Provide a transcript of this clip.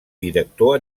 director